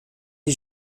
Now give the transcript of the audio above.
est